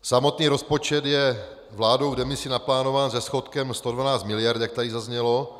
Samotný rozpočet je vládou v demisi naplánován se schodkem 112 miliard, jak tady zaznělo.